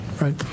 right